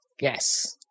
Yes